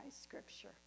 scripture